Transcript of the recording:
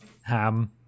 ham